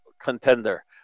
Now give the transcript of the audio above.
contender